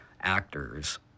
actors